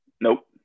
nope